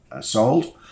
sold